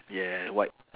yeah white